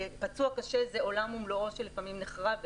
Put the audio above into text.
פצוע קשה זה עולם ומלואו שלפעמים נחרב,